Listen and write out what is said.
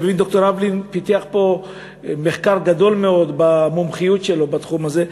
אני מבין שד"ר אבלין פיתח פה מחקר גדול מאוד במומחיות שלו בתחום הזה,